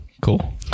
Cool